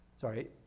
sorry